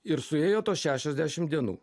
ir suėjo šešiasdešim dienų